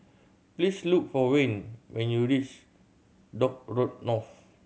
please look for Wayne when you reach Dock Road North